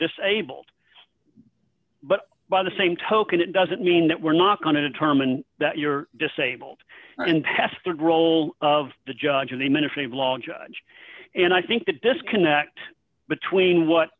disabled but by the same token it doesn't mean that we're not going to determine that you're disabled and past the role of the judge in the ministry of law and judge and i think the disconnect between what